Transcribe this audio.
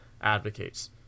advocates